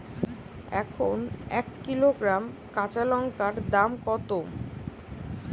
এখন এক কিলোগ্রাম কাঁচা লঙ্কার দাম কত?